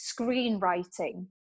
screenwriting